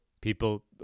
people